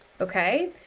Okay